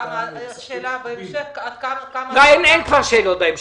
ושאלה בהמשך --- די, אין כבר שאלות בהמשך.